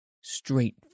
straight